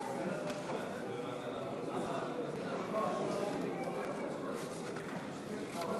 חוק היטל על דירת מגורים ריקה באזור